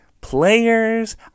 players